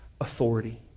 authority